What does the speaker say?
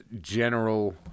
general